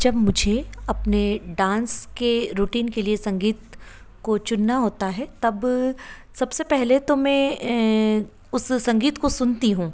जब मुझे अपने डांस के रूटीन के लिए संगीत को चुनना होता है तब सबसे पहले तो मैं उस संगीत को सुनती हूँ